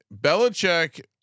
Belichick